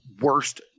worst